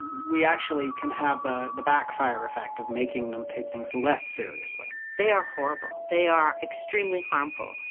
we actually can have the the backfire effect of making them take things less seriously. they are horrible. they are extremely harmful.